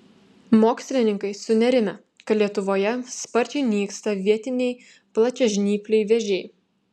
mokslininkai sunerimę kad lietuvoje sparčiai nyksta vietiniai plačiažnypliai vėžiai